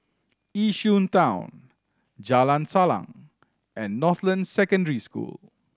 Yishun Town Jalan Salang and Northland Secondary School